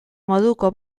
moduko